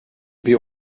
wir